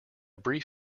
brief